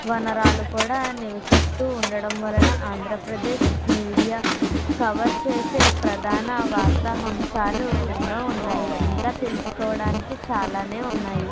వనరాలు కూడా నివసిస్తూ ఉండడం వలన ఆంధ్రప్రదేశ్ మీడియా కవర్ చేసే ప్రధాన వార్త హంశాలు ఎన్నో ఉన్నాయి ఇంకా తెలుసుకోవడానికి చాలానే ఉన్నాయి